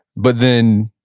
but then,